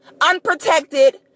unprotected